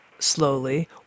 slowly